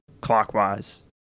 clockwise